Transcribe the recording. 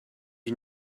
you